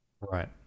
Right